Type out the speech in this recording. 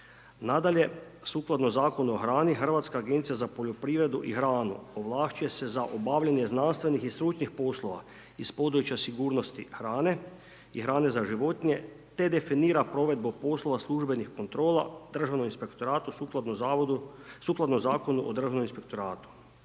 Nadalje, sukladno Zakonu o hrani, Hrvatska agencija za poljoprivredu i hranu ovlašćuje se za obavljanje znanstvenih i stručnih poslova iz područja sigurnosti hrane i hrane za životinje, te definira provedbu poslova službenih kontrola državnom inspektora sukladno zakonu o državnom inspektoratu.